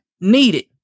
needed